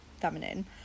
feminine